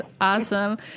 Awesome